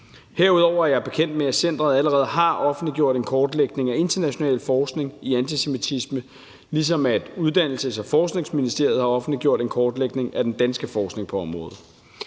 Herudover er jeg bekendt med, at centeret allerede har offentliggjort en kortlægning af international forskning i antisemitisme, ligesom Uddannelses- og Forskningsministeriet har offentliggjort en kortlægning af den danske forskning på området.